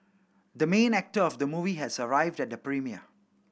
the main actor of the movie has arrived at the premiere